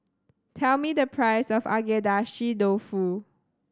tell me the price of Agedashi Dofu